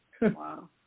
Wow